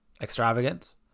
extravagant